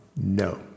No